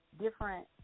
different